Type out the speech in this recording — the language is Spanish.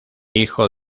hijo